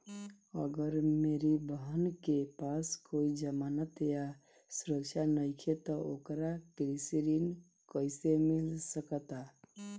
अगर मेरी बहन के पास कोई जमानत या सुरक्षा नईखे त ओकरा कृषि ऋण कईसे मिल सकता?